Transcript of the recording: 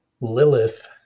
Lilith